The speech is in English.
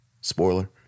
spoiler